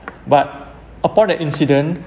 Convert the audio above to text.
but a part of the incident